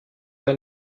pas